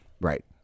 Right